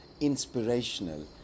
inspirational